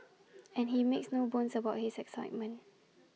and he makes no bones about his excitement